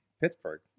Pittsburgh